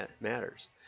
matters